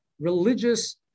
religious